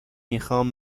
میخوام